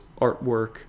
artwork